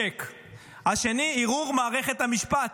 צ'ק, השני, ערעור מערכת המשפט,